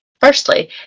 Firstly